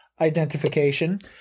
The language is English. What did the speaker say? identification